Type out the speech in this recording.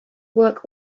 work